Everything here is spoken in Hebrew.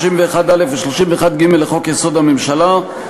31(א) ו-31(ג) לחוק-יסוד: הממשלה,